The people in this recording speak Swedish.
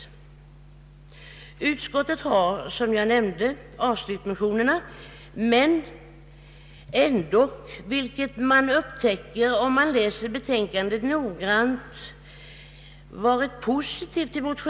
Utskottet har avstyrkt motionerna, men ändå varit positivt till motionärernas syfte, vilket man upptäcker om man läser betänkandet noggrant.